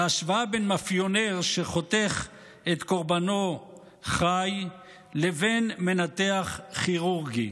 להשוואה בין מאפיונר שחותך את קורבנו חי לבין מנתח כירורגי.